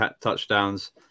touchdowns